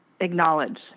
acknowledge